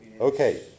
Okay